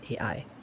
AI